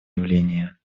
явление